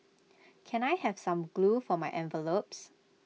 can I have some glue for my envelopes